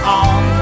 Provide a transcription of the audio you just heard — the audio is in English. on